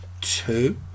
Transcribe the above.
two